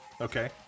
Okay